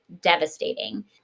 devastating